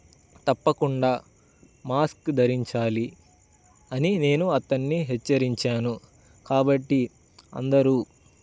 తప్పకుండా మాస్క్ ధరించాలి అని నేను అతన్ని హెచ్చరించాను కాబట్టి అందరూ